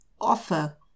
offer